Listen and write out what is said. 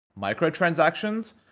microtransactions